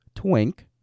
twink